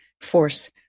force